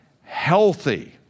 Healthy